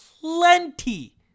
plenty